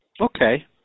Okay